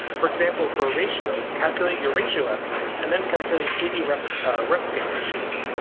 for example, for a ratio calculate your ratio estimate and then calculate eighty replicate ratios.